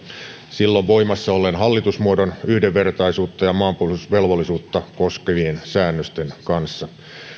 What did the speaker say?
silloin voimassa olleen hallitusmuodon yhdenvertaisuutta ja maanpuolustusvelvollisuutta koskevien säännösten kanssa